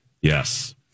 yes